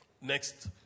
next